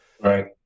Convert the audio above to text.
Right